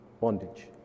bondage